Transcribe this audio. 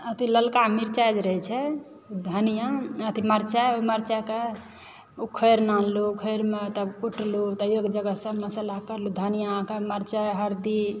अथी ललका मिरचाइ जे रहय छै धनिआ अथी मरचाइ ओहि मरचाइके उखड़ि लानलु उखड़िमे तब कुटलु तऽ एक जगह सभ मसाला करलु धनिआकऽ मरचाइ हरदी